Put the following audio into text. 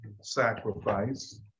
sacrifice